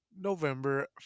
November